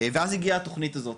ואז הגיעה התכנית הזאת.